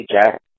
Jack